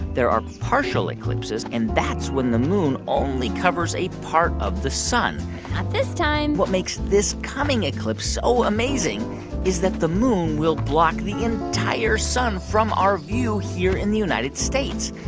there are partial eclipses, and that's when the moon only covers a part of the sun not this time what makes this coming eclipse so amazing is that the moon will block the entire sun from our view here in the united states.